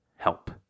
help